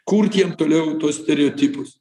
kurti jiem toliau tuos stereotipus